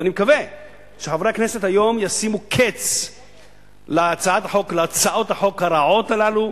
ואני מקווה שחברי הכנסת ישימו קץ היום להצעות החוק הרעות הללו,